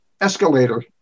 escalator